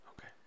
okay